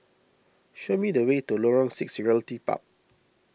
show me the way to Lorong six Realty Park